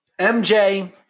MJ